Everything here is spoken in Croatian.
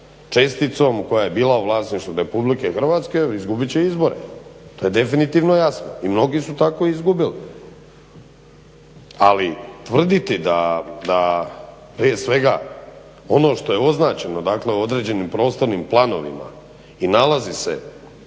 česticom koja je bila u vlasništvu Republike Hrvatske izgubit će izbore, to je definitivno jasno. I mnogi su tako izgubili. Ali tvrditi da prije svega ono što je označeno, dakle u određenim prostornim planovima i nalazi se